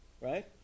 Right